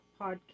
podcast